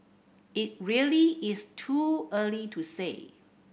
it really is too early to say